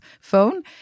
phone